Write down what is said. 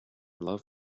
love